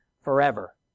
forever